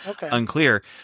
unclear